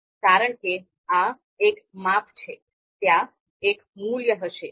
કારણ કે આ એક માપ છે ત્યાં એક મૂલ્ય હશે